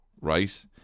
right